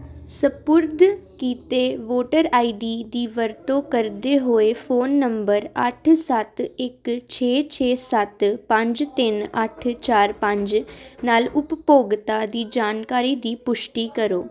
ਸਪੁਰਦ ਕੀਤੇ voter I D ਦੀ ਵਰਤੋਂ ਕਰਦੇ ਹੋਏ ਫ਼ੋਨ ਨੰਬਰ ਅੱਠ ਸੱਤ ਇੱਕ ਛੇ ਛੇ ਸੱਤ ਪੰਜ ਤਿੰਨ ਅੱਠ ਚਾਰ ਪੰਜ ਨਾਲ ਉਪਭੋਗਤਾ ਦੀ ਜਾਣਕਾਰੀ ਦੀ ਪੁਸ਼ਟੀ ਕਰੋ